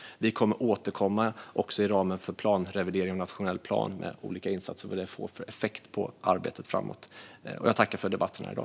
Vi kommer att återkomma inom ramen för revideringen av nationell plan med olika insatser och vad de får för effekt på arbetet framåt. Jag tackar för debatten här i dag.